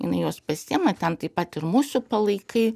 jinai juos pasiima ten taip pat ir musių palaikai